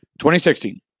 2016